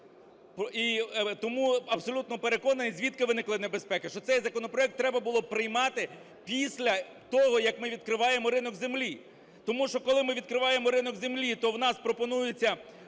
і тому абсолютно переконаний, звідки виникли небезпеки. Що цей законопроект треба було приймати після того, як ми відкриваємо ринок землі. Тому що, коли ми відкриваємо ринок землі, то у нас пропонується